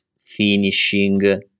finishing